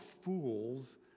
fools